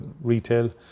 retail